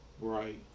Right